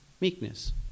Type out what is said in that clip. meekness